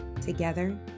Together